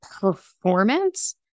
performance